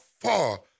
far